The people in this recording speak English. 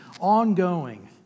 ongoing